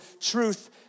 truth